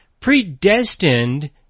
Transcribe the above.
Predestined